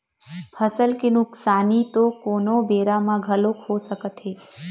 फसल के नुकसानी तो कोनो बेरा म घलोक हो सकत हे